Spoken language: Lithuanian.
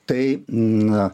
tai na